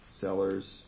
Sellers